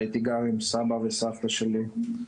הייתי גר עם סבא וסבתא שלי.